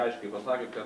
aiškiai pasakė kad